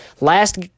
Last